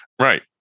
right